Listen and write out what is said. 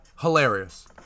hilarious